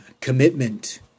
commitment